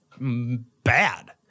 bad